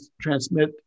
transmit